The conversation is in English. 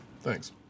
thanks